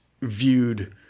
viewed